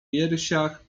piersiach